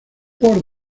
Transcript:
por